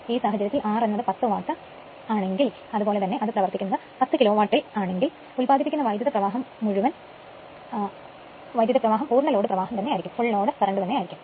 ഈ സാഹചര്യത്തിൽ r എന്നതു 10 വാട്ട് യന്ത്രം ആണെങ്കിൽ അത്പോലെ തന്നെ അത് പ്രവർത്തിക്കുന്നത് 10 കിലോവാട്ടിൽ ആണെങ്കിൽ ഉല്പാദിപ്പിക്കപ്പെടുന്ന വൈദ്യുത പ്രവാഹം മുഴുവൻ ലോഡ് പ്രവാഹം ആയിരിക്കും